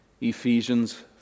Ephesians